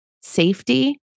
safety